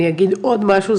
אני אגיד עוד משהו,